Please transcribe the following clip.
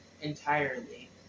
Entirely